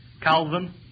Calvin